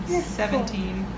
Seventeen